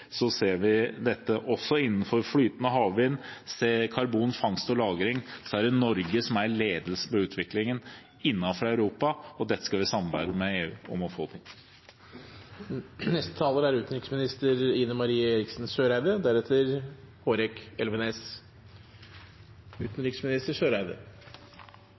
ser vi dette, og innenfor flytende havvind og karbonfangst og -lagring er det Norge som er i ledelsen når det gjelder utviklingen i Europa. Dette skal vi samarbeide med EU om å få til. Det er